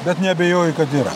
bet neabejoju kad yra